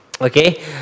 Okay